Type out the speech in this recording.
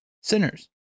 sinners